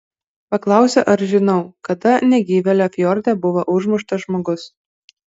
paklausė ar žinau kada negyvėlio fjorde buvo užmuštas žmogus